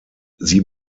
sie